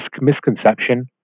misconception